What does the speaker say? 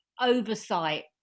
oversight